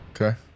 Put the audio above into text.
Okay